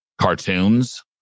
cartoons